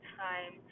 time